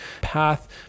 path